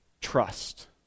trust